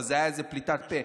אבל זה היה איזה פליטת פה.